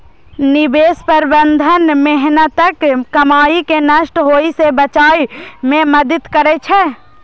निवेश प्रबंधन मेहनतक कमाई कें नष्ट होइ सं बचबै मे मदति करै छै